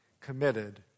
committed